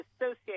associate